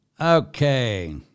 Okay